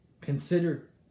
consider